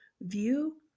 view